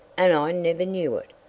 and i never knew it.